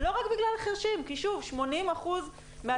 לא רק בגלל חירשים כי שוב, 80% מה-